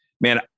man